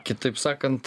kitaip sakant